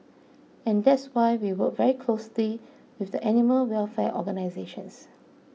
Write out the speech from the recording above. and that's why we work very closely with the animal welfare organisations